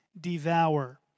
devour